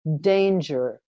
danger